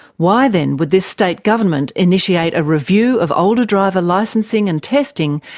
why, then, would this state government initiate a review of older driver licensing and testing,